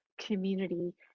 community